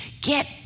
get